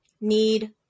need